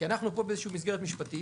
כי אנחנו פה באיזה שהיא מסגרת משפטית